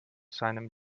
seinem